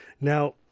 now